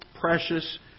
precious